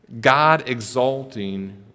God-exalting